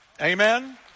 Amen